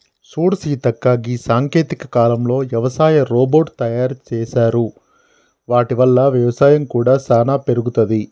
సూడు సీతక్క గీ సాంకేతిక కాలంలో యవసాయ రోబోట్ తయారు సేసారు వాటి వల్ల వ్యవసాయం కూడా సానా పెరుగుతది